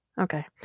Okay